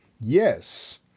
Yes